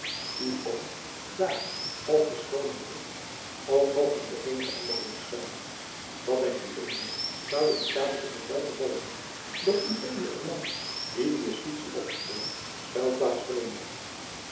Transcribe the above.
uw oom daar of gescholen heeft of nog in den een of anderen hoek schuilt wat denkt ued zouden de staten het met welgevallen zien dat ued een man wien de justitie opspoort schuilplaats verleent